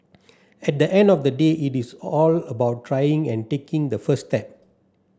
at the end of the day it is all about trying and taking the first step